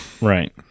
Right